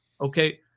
Okay